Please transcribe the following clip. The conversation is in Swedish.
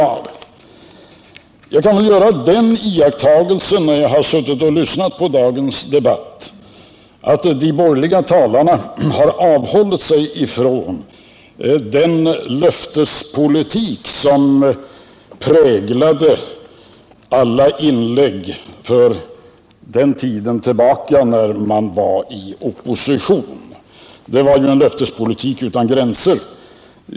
När jag har lyssnat på dagens debatt har jag kunnat göra den iakttagelsen att de borgerliga talarna har avhållit sig från den löftespolitik som präglade alla inlägg på den tid då de borgerliga var i opposition. Det var ju en löftespolitik utan gränser.